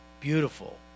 beautiful